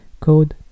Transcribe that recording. code